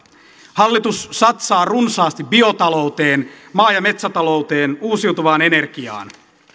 hallitus satsaa runsaasti biotalouteen maa ja metsätalouteen uusiutuvaan energiaan